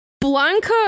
Blanca